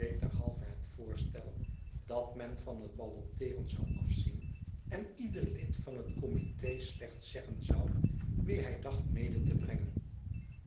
deed derhalve het voorstel dat men van het balloteeren zou afzien en ieder lid van het committe slechts zeggen zou wie hij dacht mede te brengen